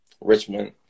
Richmond